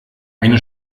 eine